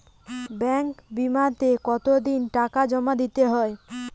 Banking বিমাতে কত দিন টাকা জমা দিতে হয়?